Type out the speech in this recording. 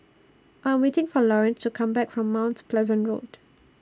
I Am waiting For Lawrence to Come Back from Mount Pleasant Road